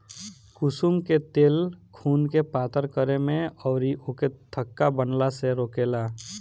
कुसुम के तेल खुनके पातर करे में अउरी ओके थक्का बनला से रोकेला